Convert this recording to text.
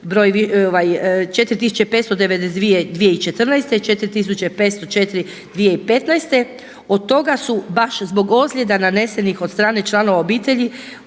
broj 4592 2014. i 4504 2015. Od toga su baš zbog ozljeda nanesenih od strane članova obitelji